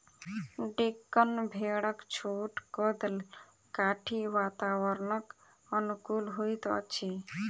डेक्कन भेड़क छोट कद काठी वातावरणक अनुकूल होइत अछि